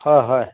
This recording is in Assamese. হয় হয়